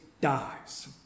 dies